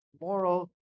moral